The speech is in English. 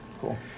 cool